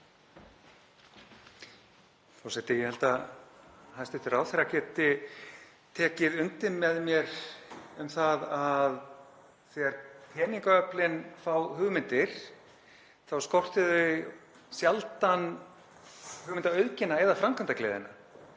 Forseti. Ég held að hæstv. ráðherra geti tekið undir með mér um það að þegar peningaöflin fá hugmyndir þá skortir þau sjaldan hugmyndaauðgina eða framkvæmdagleðina